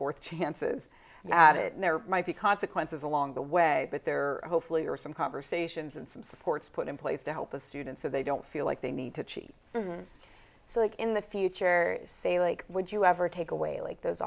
fourth chances at it and there might be consequences along the way but there hopefully are some conversations and some supports put in place to help the students so they don't feel like they need to cheat so in the future say like would you ever take away like those